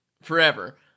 forever